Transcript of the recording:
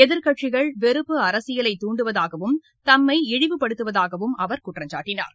எதிர்க்கட்சிகள் வெறுப்பு அரசியலைத் துண்டுவதாகவும் தம்மை இழிவுபடுத்துவதாகவும் அவர் குற்றம் சாட்டினார்